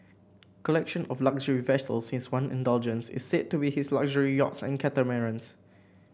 collection of luxury vessels his one indulgence is said to be his luxury yachts and catamarans